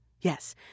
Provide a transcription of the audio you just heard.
Yes